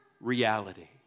reality